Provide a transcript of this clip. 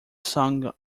song